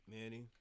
Manny